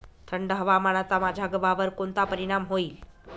थंड हवामानाचा माझ्या गव्हावर कोणता परिणाम होईल?